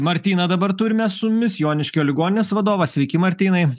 martyną dabar turime su mumis joniškio ligoninės vadovas sveiki martynai